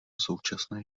současné